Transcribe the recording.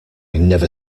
never